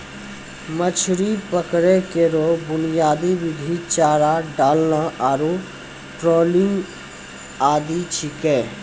मछरी पकड़ै केरो बुनियादी विधि चारा डालना आरु ट्रॉलिंग आदि छिकै